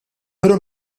però